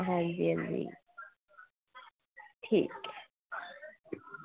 ते पढ़ाई गै होंदी ठीक ऐ